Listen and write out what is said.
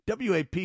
WAP